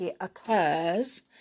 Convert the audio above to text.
occurs